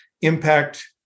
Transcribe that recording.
Impact